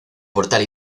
portal